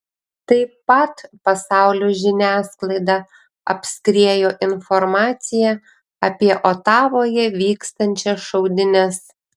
tai pat pasaulio žiniasklaidą apskriejo informacija apie otavoje vykstančias šaudynes